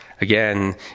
again